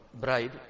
bride